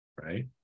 right